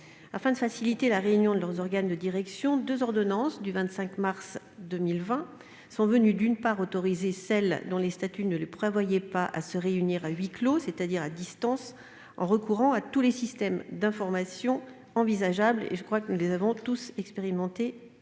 Afin de faciliter la réunion de leurs organes de direction, une ordonnance du 25 mars 2020 a autorisé celles dont les statuts ne le prévoyaient pas à se réunir à huis clos, c'est-à-dire à distance en recourant à tous les systèmes d'information envisageables- je crois que nous les avons tous expérimentés